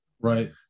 Right